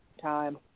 time